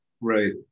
Right